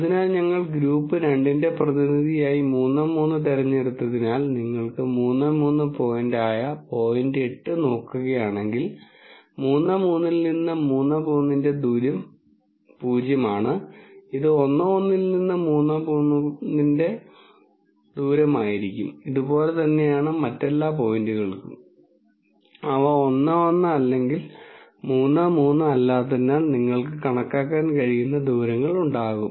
അതുപോലെ ഞങ്ങൾ ഗ്രൂപ്പ് 2 ന്റെ പ്രതിനിധിയായി 3 3 തിരഞ്ഞെടുത്തതിനാൽ നിങ്ങൾ 3 3 പോയിന്റ് ആയ പോയിന്റ് എട്ട് നോക്കുകയാണെങ്കിൽ 3 3 ൽ നിന്ന് 3 3 ന്റെ ദൂരം 0 ആണ് ഇത് 1 1 ൽ നിന്ന് 3 3 ന്റെ ദൂരം ആയിരിക്കും ഇതു പോലെ തന്നെയാണ് മറ്റെല്ലാ പോയിന്റുകൾക്കും അവ 1 1 അല്ലെങ്കിൽ 3 3 അല്ലാത്തതിനാൽ നിങ്ങൾക്ക് കണക്കാക്കാൻ കഴിയുന്ന ദൂരങ്ങൾ ഉണ്ടാകും